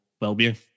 well-being